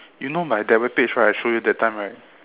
you know my diabetes right I show you that time right